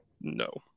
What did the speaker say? no